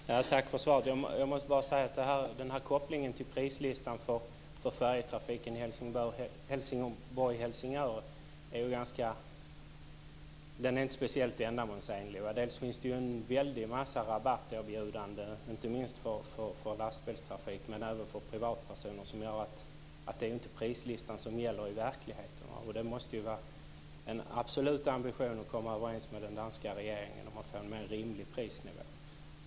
Fru talman! Tack för svaret! Jag måste bara säga att den här kopplingen till prislistan för färjetrafiken mellan Helsingborg och Helsingør inte är speciellt ändamålsenlig. Det finns en väldig massa rabatterbjudanden, inte minst för lastbilstrafik men även för privatpersoner, vilket gör att det ju inte är prislistan som gäller i verkligheten. Det måste ju vara en absolut ambition att komma överens med den danska regeringen om att få en rimlig prisnivå.